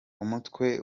umutwe